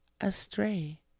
astray